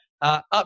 up